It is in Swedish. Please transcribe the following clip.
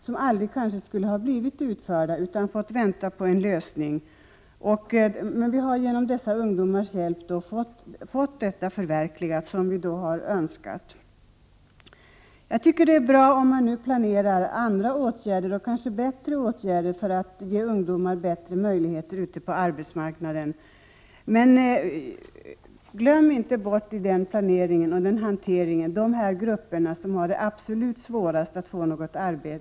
De hade kanske annars aldrig blivit utförda — eller man hade fått vänta länge på en lösning. Tack vare dessa ungdomar har vi fått saker och ting förverkligade som vi önskade. Jag tycker att det är bra om man nu planerar andra och kanske bättre åtgärder för att åstadkomma bättre möjligheter för ungdomarna ute på arbetsmarknaden. Men glöm inte i den hanteringen de grupper för vilka det är absolut svårast att få något arbete!